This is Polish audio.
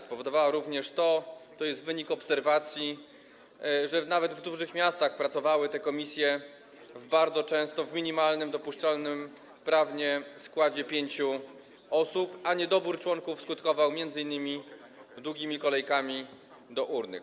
Spowodowała również - to jest wynik obserwacji - że nawet w dużych miastach te komisje pracowały bardzo często w minimalnym dopuszczalnym prawnie składzie pięciu osób, a niedobór członków skutkował m.in. długimi kolejkami do urny.